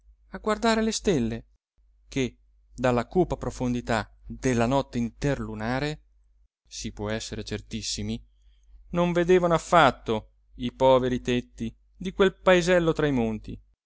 a guardare le stelle che dalla cupa profondità della notte interlunare si può essere certissimi non vedevano affatto i poveri tetti di quel paesello tra i monti